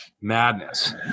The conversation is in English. madness